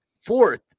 Fourth